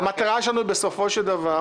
המטרה שלנו היא בסופו של דבר